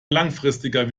langfristiger